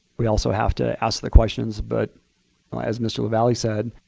we also have to ask the questions. but as mr. lavalley said,